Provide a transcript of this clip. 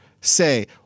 say